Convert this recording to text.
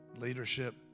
leadership